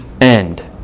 end